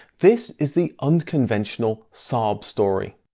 this is the unconventional saab story.